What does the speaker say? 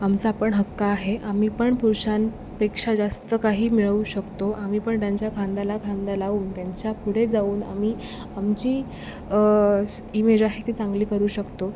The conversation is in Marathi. आमचा पण हक्क आहे आम्ही पण पुरुषांपेक्षा जास्त काही मिळवू शकतो आम्ही पण त्यांच्या खांद्याला खांदा लावून त्यांच्या पुढे जाऊन आम्ही आमची स् इमेज आहे ती चांगली करू शकतो